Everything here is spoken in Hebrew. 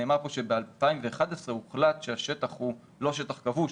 נאמר כאן שב-2011 הוחלט שהשטח הוא לא שטח כבוש.